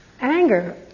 Anger